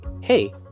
hey